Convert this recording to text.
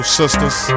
sisters